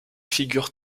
figure